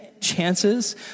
chances